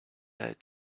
add